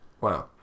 Wow